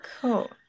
cool